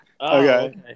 Okay